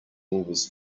was